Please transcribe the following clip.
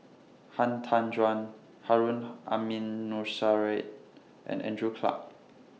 Han Tan Juan Harun Aminurrashid and Andrew Clarke